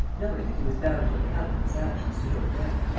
knowing that he was bound to account for his actions to daubrecq.